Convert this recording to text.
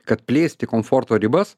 kad plėsti komforto ribas